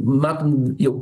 matan jau